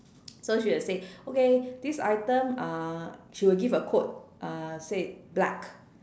so she will say okay this item uh she will give a quote uh say black